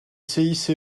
cice